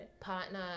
partner